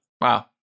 wow